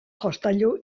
jostailu